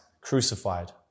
crucified